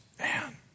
man